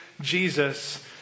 Jesus